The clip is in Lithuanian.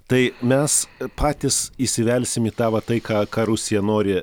tai mes patys įsivelsim į tą va tai ką rusija nori